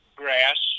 grass